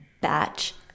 batch